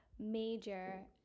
major